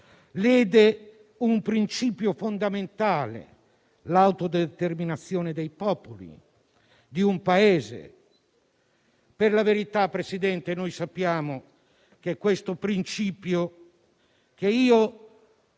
lede un principio fondamentale, l'autodeterminazione dei popoli, di un Paese. Per la verità, signor Presidente, noi sappiamo che questo principio, che